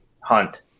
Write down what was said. hunt